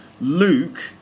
Luke